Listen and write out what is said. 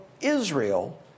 Israel